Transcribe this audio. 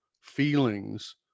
feelings